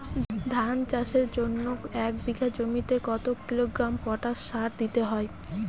ধান চাষের জন্য এক বিঘা জমিতে কতো কিলোগ্রাম পটাশ সার দিতে হয়?